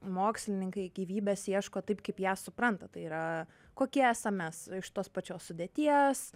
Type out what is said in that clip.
mokslininkai gyvybės ieško taip kaip ją supranta tai yra kokie esam mes iš tos pačios sudėties